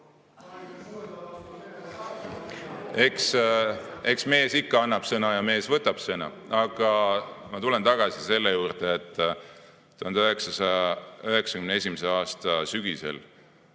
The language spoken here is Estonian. Eks mees ikka annab sõna ja mees võtab sõna. Aga ma tulen tagasi selle juurde, et 1991. aasta sügisel